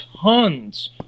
tons